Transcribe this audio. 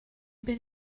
bin